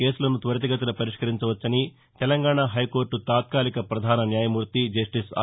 కేసులను త్వరితగతిన పరిష్కరించవచ్చని తెలంగాణ హైకోర్లు తాత్కాలిక పధాన న్యాయమూర్తి జస్లిస్ ఆర్